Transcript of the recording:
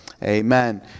Amen